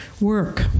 work